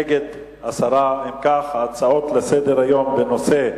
ונגד, 10. אם כך, ההצעות לסדר-היום בנושא: